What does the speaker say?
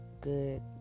good